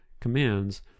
commands